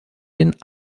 den